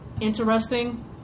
interesting